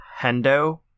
Hendo